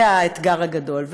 זה האתגר הגדול.